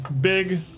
big